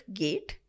gate